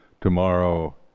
Tomorrow